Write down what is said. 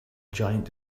giant